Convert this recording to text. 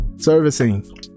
servicing